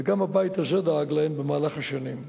וגם הבית הזה דאג להם במהלך השנים.